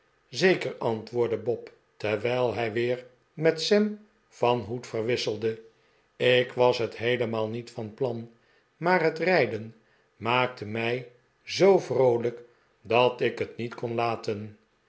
zeker antwoordde bob terwijl hij weer met sam van hoed verwisselde ik was het heelemaal niet van plan maar het rijden maakte mij zoo vroolijk dat ik het niet kon laten